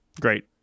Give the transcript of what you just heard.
Great